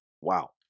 Wow